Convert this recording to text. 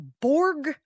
Borg